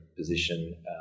position